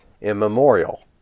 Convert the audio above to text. immemorial